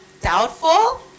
doubtful